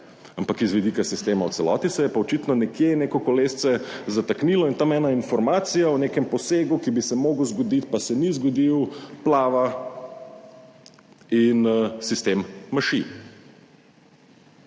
ampak iz vidika sistema v celoti se je pa očitno nekje neko kolesce zataknilo in tam ena informacija o nekem posegu, ki bi se mogel zgoditi, pa se ni zgodil, plava in sistem maši.